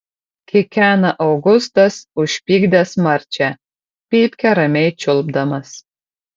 kikena augustas užpykdęs marčią pypkę ramiai čiulpdamas